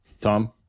tom